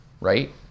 Right